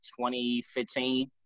2015